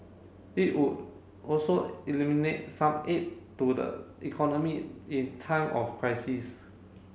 it would also eliminate some aid to the economy in time of crisis